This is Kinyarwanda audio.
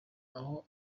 aho